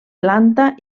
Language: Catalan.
planta